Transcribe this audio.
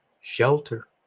shelter